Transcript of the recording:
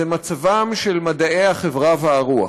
היא מצבם של מדעי החברה והרוח.